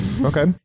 Okay